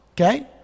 Okay